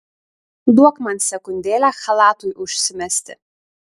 duok man sekundėlę chalatui užsimesti